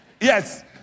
Yes